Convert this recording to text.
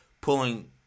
pulling